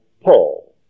Paul